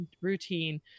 routine